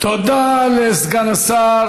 תודה לסגן השר,